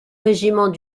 régiment